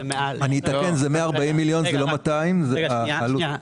אני אתקן זה 140 מיליון ₪; לא 200 מיליון ₪.